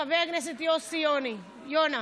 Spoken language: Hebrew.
חבר הכנסת יוסי יונה,